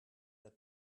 that